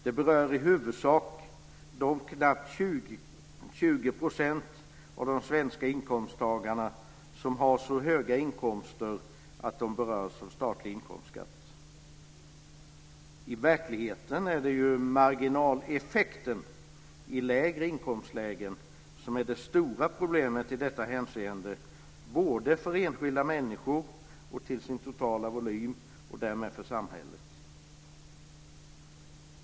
Det berör i huvudsak de knappt 20 % av de svenska inkomsttagarna som har så höga inkomster att de berörs av statlig inkomstskatt. I verkligheten är det ju marginaleffekten i lägre inkomstlägen som är det stora problemet i detta hänseende för enskilda människor, till sin totala volym och därmed för samhället.